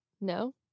no